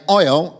oil